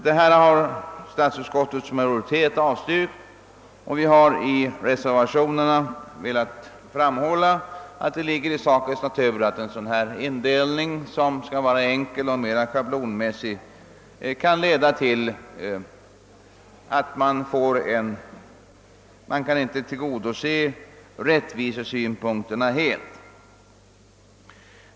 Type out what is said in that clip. Dessa yrkanden har statsutskottets majoritet avstyrkt. Vi har i reservationerna velat framhålla att det ligger i sakens natur att en sådan indelning, som skall vara enkel och mera schablonmässig, kan leda till att rättvisesynpunkterna inte helt kan tillgodoses.